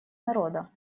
народа